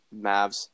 Mavs